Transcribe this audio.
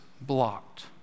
blocked